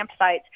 campsites